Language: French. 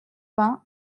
vingts